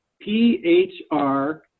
P-H-R